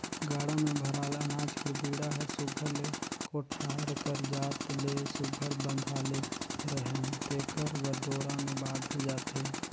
गाड़ा मे भराल अनाज कर बीड़ा हर सुग्घर ले कोठार कर जात ले सुघर बंधाले रहें तेकर बर डोरा मे बाधल जाथे